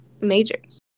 majors